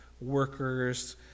workers